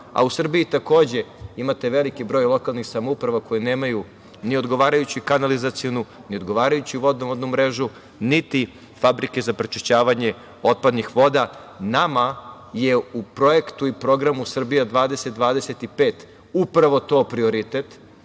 Srbiji imate veliki broj lokalnih samouprava koje nemaju ni odgovarajuću kanalizacionu, ni odgovarajuću vodovodnu mrežu, niti fabrike za prečišćavanje otpadnih voda. Nama je u Projektu i Programu „Srbija 2025“ upravo to prioritet,